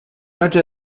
noche